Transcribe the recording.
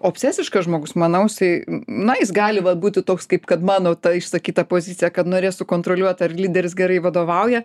o apsesiškas žmogus manau jisai na jis gali va būti toks kaip kad mano ta išsakyta pozicija kad norės sukontroliuot ar lyderis gerai vadovauja